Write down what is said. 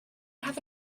have